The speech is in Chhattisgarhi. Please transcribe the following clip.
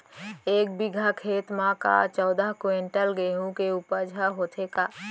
एक बीघा खेत म का चौदह क्विंटल गेहूँ के उपज ह होथे का?